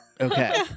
Okay